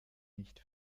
nicht